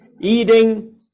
eating